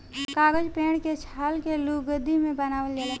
कागज पेड़ के छाल के लुगदी के बनावल जाला